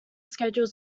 scheduled